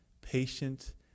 patient